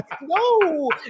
No